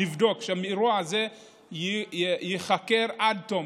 נבדוק שהאירוע הזה ייחקר עד תום,